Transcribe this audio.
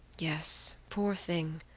yes, poor thing!